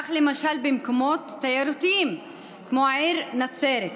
כך למשל במקומות תיירותיים כמו העיר נצרת,